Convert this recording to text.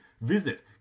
Visit